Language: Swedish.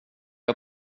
jag